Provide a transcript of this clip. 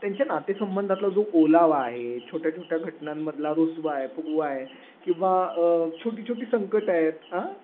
त्यांच्या नातेसंबंधातला जो ओलावा आहे छोट्या छोट्या घटनांमधला रुसवा आहे फुगवा आहे किंवा छोटी छोटी संकटं आहेत आ